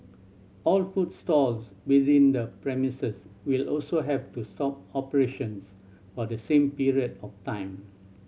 all food stalls within the premises will also have to stop operations for the same period of time